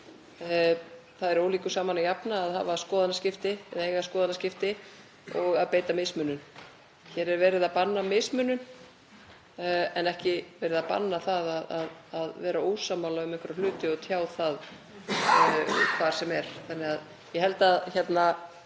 það er ólíku saman að jafna að hafa skoðanaskipti, eiga skoðanaskipti, og að beita mismunun. Hér er verið að banna mismunun en ekki verið að banna það að vera ósammála um einhverja hluti og tjá það hvar sem er. Ég held að